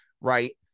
right